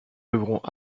devront